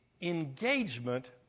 engagement